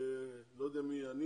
לא יודע מי היה,